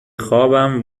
خوابم